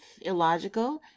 illogical